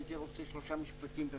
הייתי רוצה שלושה משפטים,